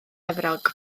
efrog